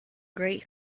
great